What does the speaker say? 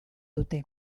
dute